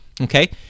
Okay